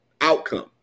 outcome